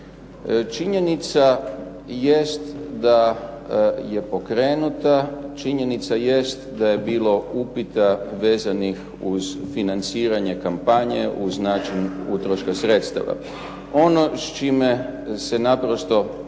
činjenica jest da je pokrenuta, činjenica jest da je bilo upita vezanih uz financiranje kampanje, uz način utroška sredstava. Ono s čime se naprosto